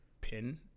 pin